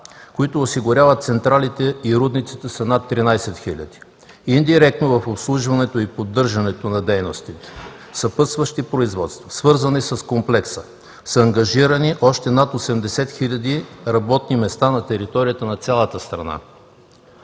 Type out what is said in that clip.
които осигуряват централите и рудниците, са над 13 000. Индиректно в обслужването и поддържането на дейностите, съпътстващи производството и свързани с комплекса, са ангажирани още над 80 000 места на територията на цялата страна.